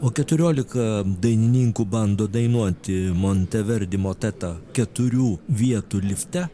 o keturiolika dainininkų bando dainuoti monteverdi motetą keturių vietų lifte